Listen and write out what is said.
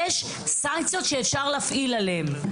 יש סנקציות שאפשר להפעיל עליהם,